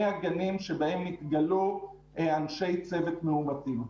הגנים שבהם נתגלו אנשי צוות מאומתים.